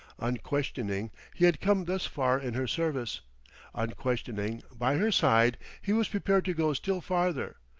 unquestioning he had come thus far in her service unquestioning, by her side, he was prepared to go still farther,